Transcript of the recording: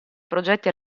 progetti